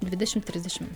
dvidešim trisdešim